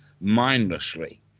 mindlessly